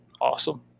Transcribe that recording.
awesome